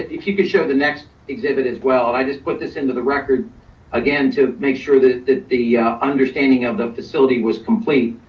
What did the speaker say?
if you could show the next exhibit as well, and i just put this into the record again, to make sure that the the understanding of the facility was complete.